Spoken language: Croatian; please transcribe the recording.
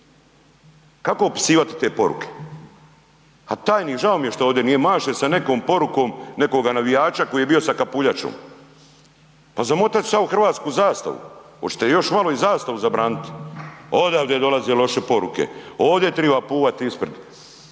Kako opisivati te poruke? A tajnik, žao mi je što ovdje nije, maše sa nekom porukom nekoga navijača koji je bio sa kapuljačom. Pa zamotat ću se ja u hrvatsku zastavu, očete još malo i zastavu zabranit? Odavde dolaze loše poruke, ovde triba puvat ispred,